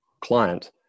client